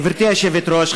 גברתי היושבת-ראש,